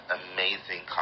amazing